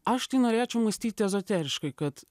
aš tai norėčiau mąstyti ezoteriškai kad